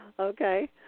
Okay